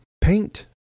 Paint